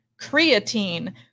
Creatine